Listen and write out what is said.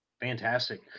Fantastic